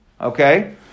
Okay